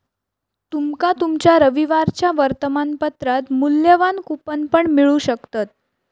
तुमका तुमच्या रविवारच्या वर्तमानपत्रात मुल्यवान कूपन पण मिळू शकतत